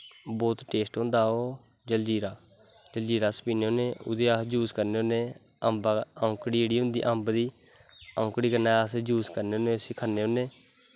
बौह्त टेस्ट होंदा ओह् जलजीरा जलजीरा अस पीन्ने होन्ने ओह्दे च अस यूस करने होने अम्कड़ी जेह्ड़ी होंदी अम्ब दी अम्कड़ी कन्नै अस उस्सी यूस करने होन्ने खन्ने होन्ने